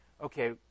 okay